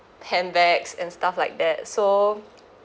handbags and stuff like that so